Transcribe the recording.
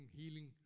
healing